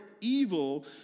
evil